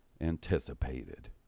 anticipated